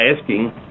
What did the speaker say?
asking